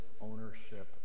ownership